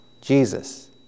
Jesus